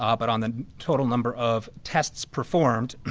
um but on the total number of tests performed,